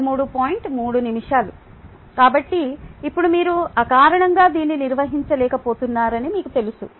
3 నిమి కాబట్టి ఇప్పుడు మీరు అకారణంగా దీన్ని నిర్వహించలేకపోతున్నారని మీకు తెలుసు